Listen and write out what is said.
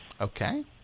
okay